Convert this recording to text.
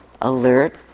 alert